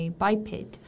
biped